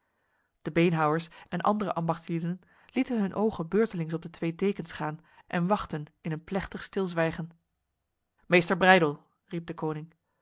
de beenhouwers en andere ambachtslieden lieten hun ogen beurtelings op de twee dekens gaan en wachtten in een plechtig stilzwijgen meester breydel riep